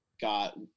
got